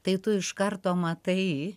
tai tu iš karto matai